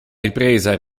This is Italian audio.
ripresa